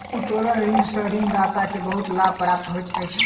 उत्तोलन ऋण सॅ ऋणदाता के बहुत लाभ प्राप्त होइत अछि